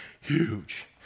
huge